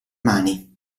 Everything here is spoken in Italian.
mani